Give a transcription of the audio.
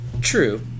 True